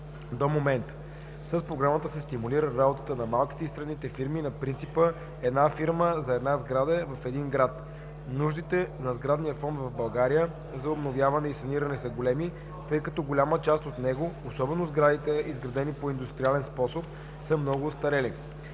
до момента. С програмата се стимулира работата на малките и средните фирми на принципа една фирма за една сграда в един град. Нуждите на сградния фонд в България за обновяване и саниране са големи, тъй като голяма част от него, особено сградите, изградени по индустриален способ, са много остарели.